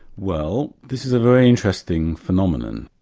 well this is a very interesting phenomenon.